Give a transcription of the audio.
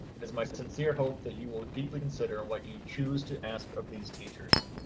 it is my sincere hope that you will deeply consider what you choose to ask of these teachers.